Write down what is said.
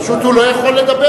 פשוט הוא לא יכול לדבר,